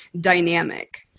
dynamic